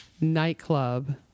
nightclub